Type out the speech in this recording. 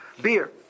Beer